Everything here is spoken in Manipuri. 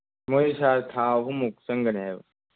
ꯃꯈꯣꯏ ꯁꯥꯔ ꯊꯥ ꯑꯍꯨꯝꯃꯨꯛ ꯆꯪꯒꯅꯤ ꯍꯥꯏꯕ